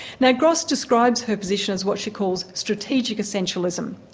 now gross describes her position as what she calls strategic essentialism.